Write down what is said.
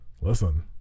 listen